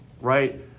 right